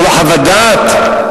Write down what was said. זה לא חוות דעת?